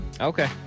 okay